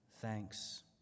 thanks